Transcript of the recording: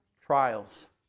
Trials